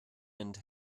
and